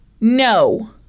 no